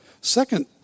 Second